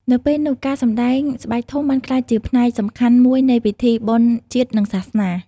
នៅពេលនោះ ការសម្ដែងស្បែកធំបានក្លាយជាផ្នែកសំខាន់មួយនៃពិធីបុណ្យជាតិ និងសាសនា។